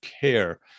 care